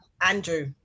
andrew